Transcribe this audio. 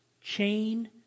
chain